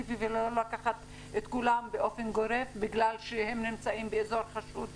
ולא לקחת את כולם באופן גורף בגלל שהם נמצאים באזור חשוד?